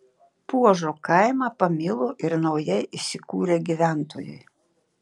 puožo kaimą pamilo ir naujai įsikūrę gyventojai